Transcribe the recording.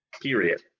period